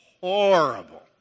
horrible